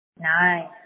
Nice